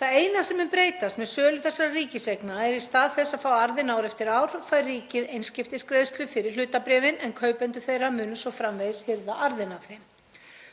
Það eina sem mun breytast með sölu þessarar ríkiseigna er að í stað þess að fá arðinn ár eftir ár fær ríkið einskiptisgreiðslu fyrir hlutabréfin en kaupendur þeirra munu svo framvegis hirða arðinn af þeim.